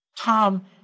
Tom